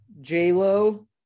J-Lo